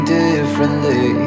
differently